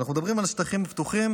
כשאנחנו מדברים על שטחים פתוחים,